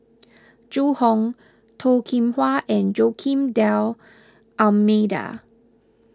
Zhu Hong Toh Kim Hwa and Joaquim D'Almeida